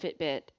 Fitbit